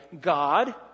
God